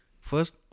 First